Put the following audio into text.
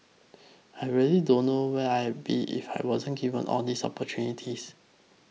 I really don't know where I'd be if I weren't given all these opportunities